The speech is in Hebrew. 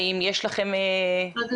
האם יש לכם צפי?